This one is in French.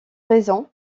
raison